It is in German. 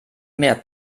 mehr